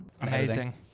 Amazing